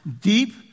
deep